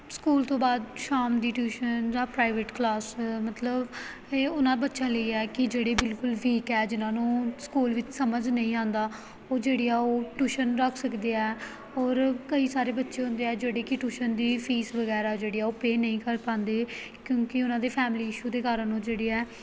school ਤੋਂ ਬਾਅਦ ਸ਼ਾਮ ਦੀ ਟਿਊਸ਼ਨ ਜਾਂ ਪ੍ਰਾਈਵੇਟ ਕਲਾਸ ਮਤਲਬ ਇਹ ਉਹਨਾਂ ਬੱਚਿਆਂ ਲਈ ਹੈ ਕਿ ਜਿਹੜੇ ਬਿਲਕੁਲ ਵੀਕ ਹੈ ਜਿਹਨਾਂ ਨੂੰ ਸਕੂਲ ਵਿੱਚ ਸਮਝ ਨਹੀਂ ਆਉਂਦਾ ਉਹ ਜਿਹੜੀ ਆ ਉਹ ਟਿਊਸ਼ਨ ਰੱਖ ਸਕਦੇ ਐ ਔਰ ਕਈ ਸਾਰੇ ਬੱਚੇ ਹੁੰਦੇ ਆ ਜਿਹੜੇ ਕਿ ਟਿਊਸ਼ਨ ਦੀ ਫੀਸ ਵਗੈਰਾ ਜਿਹੜੀ ਆ ਉਹ ਪੇਅ ਨਹੀਂ ਕਰ ਪਾਉਂਦੇ ਕਿਉਂਕਿ ਉਹਨਾਂ ਦੇ ਫੈਮਲੀ ਇਸ਼ੂ ਦੇ ਕਾਰਨ ਉਹ ਜਿਹੜੇ ਹੈ